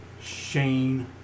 Shane